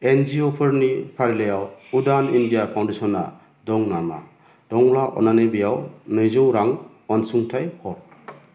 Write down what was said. N G O फोरनि फारिलाइयाव Udaan India फाउन्डेसना दं नामा दंब्ला अन्नानै बेयाव नैजौ रां अनसुंथाइ हर